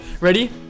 Ready